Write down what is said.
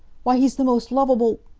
why, he's the most lovable!